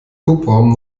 hubraum